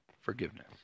forgiveness